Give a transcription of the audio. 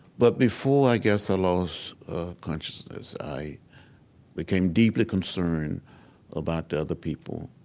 but before, i guess, i lost consciousness, i became deeply concerned about the other people